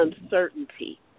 uncertainty